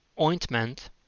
ointment